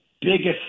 biggest